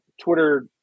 Twitter